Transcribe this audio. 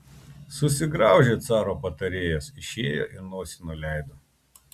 susigraužė caro patarėjas išėjo ir nosį nuleido